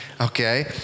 okay